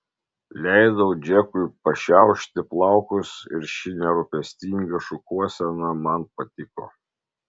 leidau džekui pašiaušti plaukus ir ši nerūpestinga šukuosena man patiko